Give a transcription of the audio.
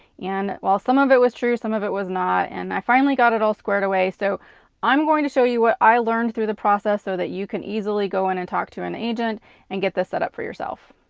and, well, some of it was true and some of it was not, and i finally got it all squared away, so i'm going to show you what i learned through the process so that you can easily go in and talk to an agent and get this set up for yourself.